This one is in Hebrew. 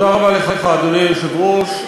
אדוני היושב-ראש,